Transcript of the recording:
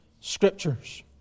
Scriptures